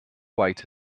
white